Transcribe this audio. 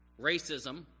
Racism